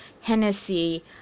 Hennessy